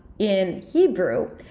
in hebrew,